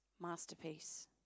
masterpiece